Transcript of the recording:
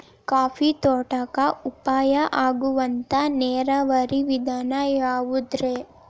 Coffee ತೋಟಕ್ಕ ಉಪಾಯ ಆಗುವಂತ ನೇರಾವರಿ ವಿಧಾನ ಯಾವುದ್ರೇ?